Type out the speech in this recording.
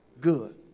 good